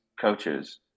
coaches